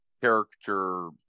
character